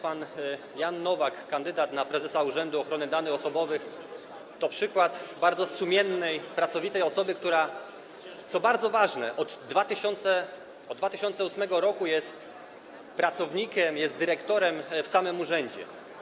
Pan Jan Nowak, kandydat na prezesa Urzędu Ochrony Danych Osobowych, to przykład bardzo sumiennej i pracowitej osoby, która, co bardzo ważne, od 2008 r. jest pracownikiem, jest dyrektorem w samym urzędzie.